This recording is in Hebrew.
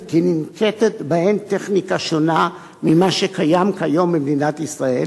כי ננקטת בהן טכניקה שונה ממה שקיים כיום במדינת ישראל,